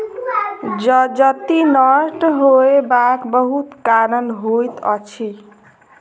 जजति नष्ट होयबाक बहुत कारण होइत अछि